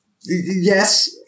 Yes